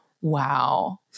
wow